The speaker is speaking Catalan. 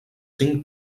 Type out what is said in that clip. cinc